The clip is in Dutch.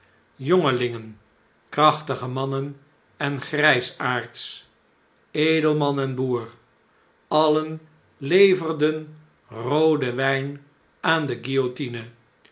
jongelingen krachtige mannen en grijsaards edelman en boer alien leverd en rooden wijn aan de